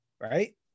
right